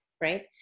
right